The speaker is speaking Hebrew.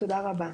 תודה רבה.